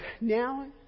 now